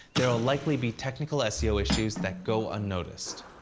there'll likely be technical seo issues that go unnoticed.